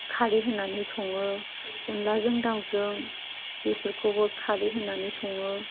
खारै होनानै सङो अनलाजों दाउजों बेफोरखौबो खारै होनानै सङो